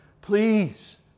Please